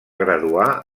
graduar